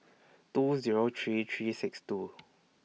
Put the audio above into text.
two Zero three three six two